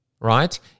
right